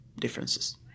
differences